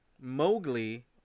Mowgli